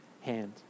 hand